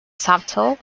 subtle